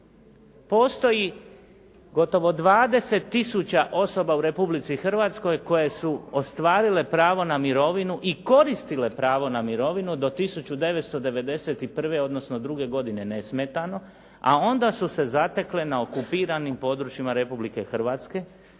postoji gotovo 20 tisuća osoba u Republici Hrvatskoj koje su ostvarile pravo na mirovinu i koristile pravo na mirovinu do 1991. odnosno 1992. godine nesmetano a onda su se zatekle na okupiranim područjima Republike Hrvatske.